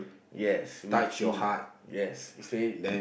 yes we think yes it's like